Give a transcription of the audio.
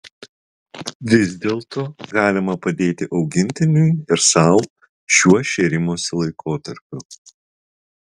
vis dėlto galima padėti augintiniui ir sau šiuo šėrimosi laikotarpiu